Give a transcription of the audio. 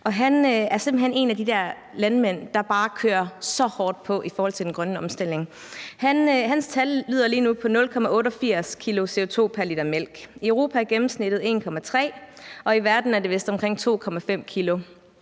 han er simpelt hen en af de der landmænd, der bare kører så hårdt på i forhold til den grønne omstilling. Hans tal lyder lige nu på 0,88 kg CO2 pr. liter mælk. I Europa er gennemsnittet 1,3 kg, og i verden er det vist omkring 2,5 kg.